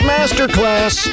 Masterclass